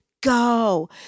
go